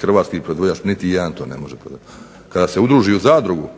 hrvatski proizvođač niti jedan to ne može ponuditi. Kada se udruži u zadrugu,